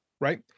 right